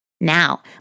Now